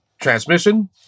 transmission